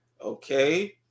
Okay